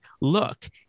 look